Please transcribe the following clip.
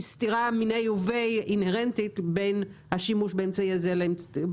סתירה מִנֵּהּ ובֵהּ אינהרנטית בין השימוש באמצעי הזה לאמצעי הזה,